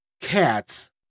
cats